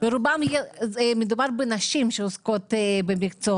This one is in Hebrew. מדובר על אלפי שקלים,